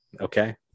Okay